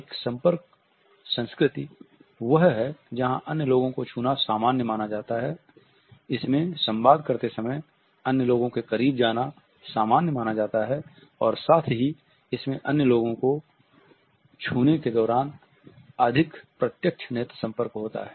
एक संपर्क संस्कृति वह है जहां अन्य लोगों को छूना सामान्य माना जाता है इसमें संवाद करते समय अन्य लोगों के करीब जाना सामान्य माना जाता है और साथ ही इसमें में अन्य लोगों को छूने के दौरान अधिक प्रत्यक्ष नेत्र संपर्क होता है